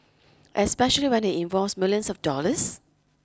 especially when it involves millions of dollars